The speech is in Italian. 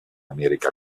america